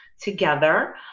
together